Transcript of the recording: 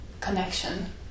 connection